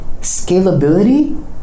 scalability